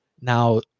Now